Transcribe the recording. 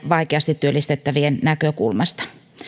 vaikeasti työllistettä vien näkökulmasta